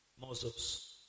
Moses